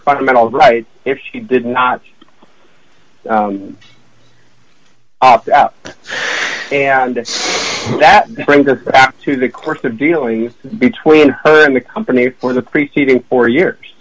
fundamental right if she did not opt out and that brings us back to the court that dealings between her and the company for the preceding four years